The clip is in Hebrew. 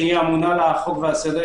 שאמונה על החוק והסדר,